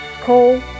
Call